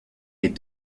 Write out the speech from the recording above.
est